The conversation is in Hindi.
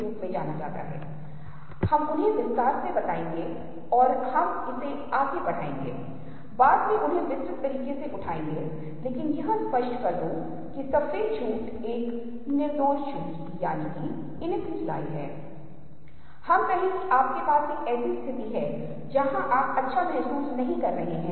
अब हम बहुत से आई ट्रैकर अध्ययन करते हैं यहां तक कि मैं और मेरी कुछ विद्वानों की टीम ने भी थोड़ी सी नज़र रखने की पढ़ाई की है और हम दिखाएंगे कुछ स्लाइड्स आपके साथ साझा करेंगे जैसा कि आप नीचे देखते हैं और सामग्री को देखते हैं जो हमें बताएं कि आंखें किसी विशेष वस्तु के आधार पर विशिष्ट पैटर्न में चलती हैं